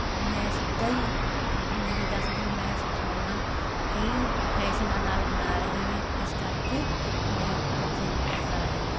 ਮੈਂ ਸਿੱਧਾ ਹੀ ਨਹੀਂ ਦੱਸਦੀ ਮੈਂ ਸਟਰੋਲਾਂ ਕਈ ਫੈਸ਼ਨਾਂ ਨਾਲ ਬਣਾ ਰਹੀ ਹਾਂ ਇਸ ਕਰਕੇ ਮੈਂ ਬੱਚੀਆਂ ਨੂੰ ਸਿਖਾ ਰਹੀ ਹਾਂ